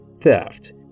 theft